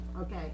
okay